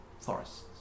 forests